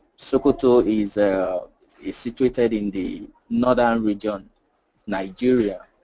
sokoto is ah is situated in the northern region nigeria.